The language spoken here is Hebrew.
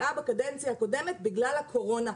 הוקפאה בקדנציה הקודמת בגלל הקורונה,